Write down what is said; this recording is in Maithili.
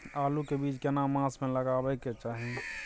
आलू के बीज केना मास में लगाबै के चाही?